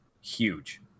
huge